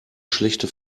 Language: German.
schlechte